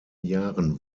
jahren